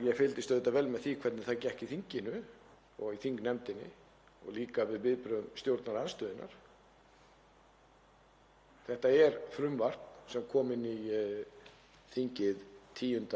Ég fylgdist auðvitað vel með því hvernig þetta gekk í þinginu og í þingnefndinni og líka með viðbrögðum stjórnarandstöðunnar. Þetta er frumvarp sem kom inn í þingið 10.